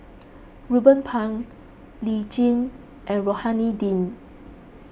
Ruben Pang Lee Tjin and Rohani Din